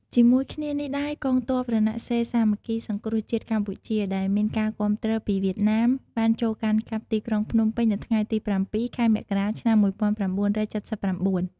ជាមួយគ្នានេះដែរកងទ័ពរណសិរ្សសាមគ្គីសង្គ្រោះជាតិកម្ពុជា ដែលមានការគាំទ្រពីវៀតណាម បានចូលកាន់កាប់ទីក្រុងភ្នំពេញនៅថ្ងៃទី៧ ខែមករា ឆ្នាំ១៩៧៩។